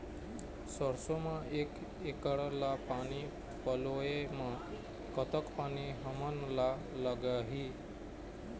सरसों म एक एकड़ ला पानी पलोए म कतक पानी हमन ला लगही?